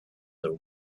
their